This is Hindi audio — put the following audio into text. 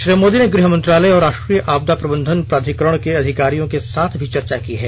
श्री मोदी ने गृह मंत्रालय और राष्ट्रीय आपदा प्रबंधन प्राधिकरण के अधिकारियों के साथ भी चर्चा की है